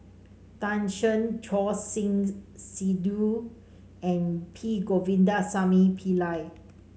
Tan Shen Choor Singh Sidhu and P Govindasamy Pillai